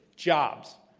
jobs,